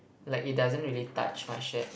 like it doesn't really touch my shirt